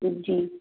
जी